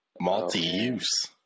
Multi-use